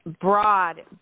broad